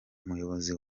umuyobozi